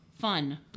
fun